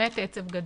באמת עצב גדול.